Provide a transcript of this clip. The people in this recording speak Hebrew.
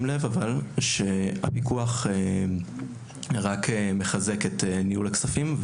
לב שהפיקוח רק מחזק את ניהול הכספים,